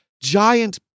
giant